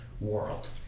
world